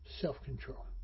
Self-control